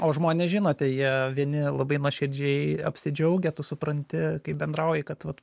o žmonės žinote jie vieni labai nuoširdžiai apsidžiaugia tu supranti kai bendrauji kad vat